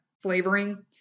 flavoring